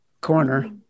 Corner